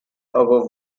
above